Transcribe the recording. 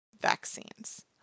vaccines